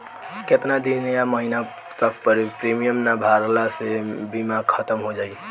केतना दिन या महीना तक प्रीमियम ना भरला से बीमा ख़तम हो जायी?